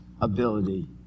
ability